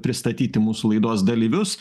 pristatyti mūsų laidos dalyvius